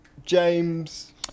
James